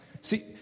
See